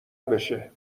بشه